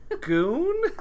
Goon